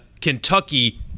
Kentucky